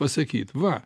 pasakyt va